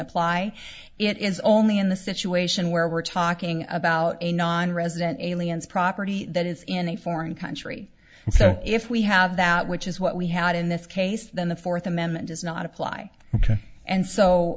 apply it is only in the situation where we're talking about a nonresident aliens property that is in a foreign country and so if we have that which is what we had in this case then the fourth amendment does not apply ok and so